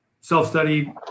self-study